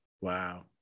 Wow